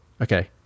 okay